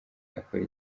akora